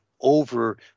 over